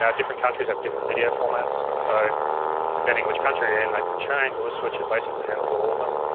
ah different countries have different video formats and so depending which country you're in, they can change, well this switcher basically handles all of them.